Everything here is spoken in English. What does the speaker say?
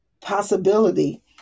possibility